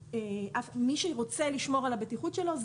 מי שרוצה לשמור על הבטיחות שלו,